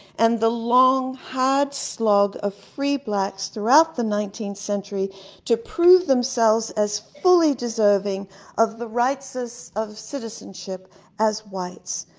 and the long hard slog of free blacks throughout the nineteenth century to prove themselves as fully deserving of the rights of citizenship as whites.